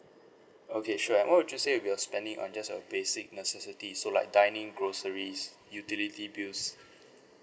okay sure and what how much would you say would be your spending on just a basic necessities so like dining groceries utility bills